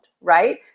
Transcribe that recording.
right